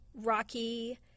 rocky